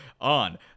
on